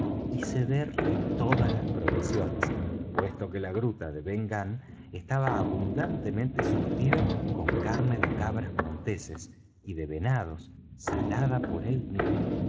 provisiones puesto que la gruta de ben gunn estaba abundantemente surtida con carne de cabras monteses y de venados salada por él mismo